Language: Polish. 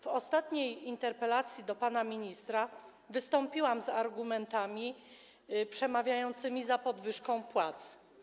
W ostatniej interpelacji do pana ministra wystąpiłam z argumentami przemawiającymi za podwyżką płac.